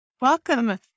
Welcome